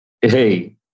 hey